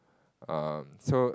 um so